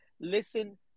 listen